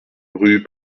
rue